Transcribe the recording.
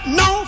no